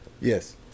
Yes